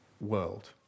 world